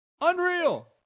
Unreal